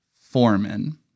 Foreman